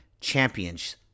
champions